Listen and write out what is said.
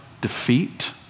defeat